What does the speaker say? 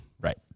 Right